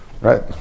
Right